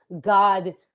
God